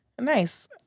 nice